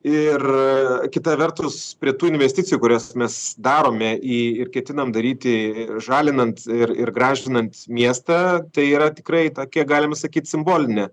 ir kita vertus prie tų investicijų kurias mes darome į ir ketinam daryti žalinant ir ir gražinant miestą tai yra tikrai tokia galima sakyt simbolinė